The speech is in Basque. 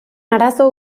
arazo